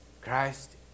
Christ